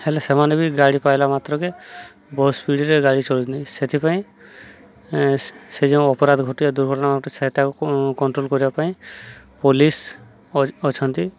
ହେଲେ ସେମାନେ ବି ଗାଡ଼ି ପାଇଲା ମାତ୍ରକେ ବହୁ ସ୍ପିଡ଼୍ରେ ଗାଡ଼ି ଚଳଉଛନ୍ତିି ସେଥିପାଇଁ ସେ ଯେଉଁ ଅପରାଧ ଘଟିିବା ଦୁର୍ଘଟଣା ଘଟେ ସେଇଟାକୁ କଣ୍ଟ୍ରୋଲ୍ କରିବା ପାଇଁ ପୋଲିସ୍ ଅଛନ୍ତି